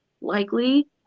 likely